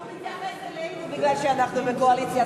אבל הוא מתייחס אלינו מפני שאנחנו בקואליציה,